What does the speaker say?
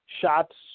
shots